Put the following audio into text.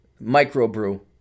microbrew